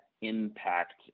impact